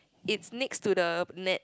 it's next to the net